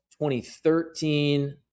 2013